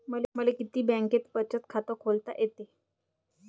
मले किती बँकेत बचत खात खोलता येते?